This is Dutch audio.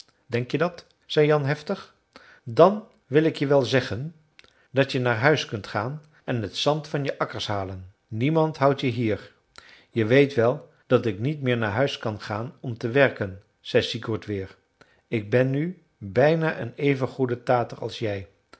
denk je dat zei jan heftig dan wil ik je wel zeggen dat je naar huis kunt gaan en t zand van je akkers halen niemand houdt je hier je weet wel dat ik niet meer naar huis kan gaan om te werken zei sigurd weer ik ben nu bijna een even goede tater als jij